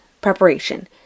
preparation